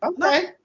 Okay